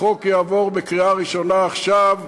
החוק יעבור בקריאה ראשונה עכשיו,